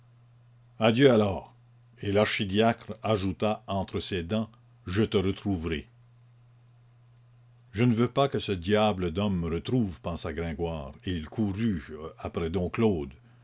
adieu alors et l'archidiacre ajouta entre ses dents je te retrouverai je ne veux pas que ce diable d'homme me retrouve pensa gringoire et il courut après dom claude